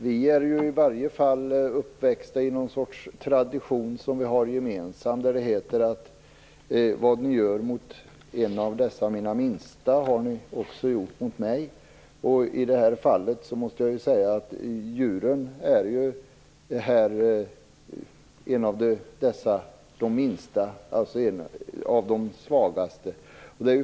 Vi är ju uppväxta i en gemensam tradition där det heter: Vad ni gör mot en av dessa mina minsta har ni också gjort mot mig. I det här fallet måste jag säga att djuren hör till de minsta, de svagaste.